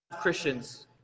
Christians